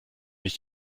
ich